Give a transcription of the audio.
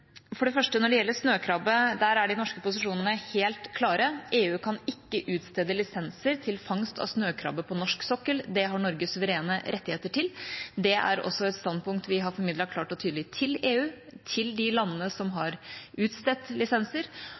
For det første, når det gjelder snøkrabbe, er de norske posisjonene helt klare. EU kan ikke utstede lisenser til fangst av snøkrabbe på norsk sokkel – det har Norge suverene rettigheter til. Det er også et standpunkt vi har formidlet klart og tydelig til EU, til de landene som har utstedt lisenser,